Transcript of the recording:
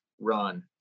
run